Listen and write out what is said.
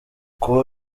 kuba